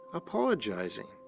apologizing.